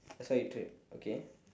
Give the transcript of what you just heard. that's why it tripped okay